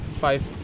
five